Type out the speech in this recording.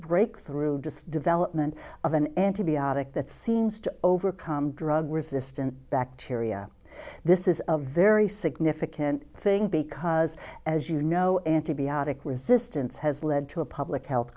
breakthrough just development of an antibiotic that seems to overcome drug resistant bacteria this is a very significant thing because as you know antibiotic resistance has led to a public health